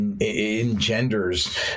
engenders